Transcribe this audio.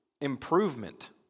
improvement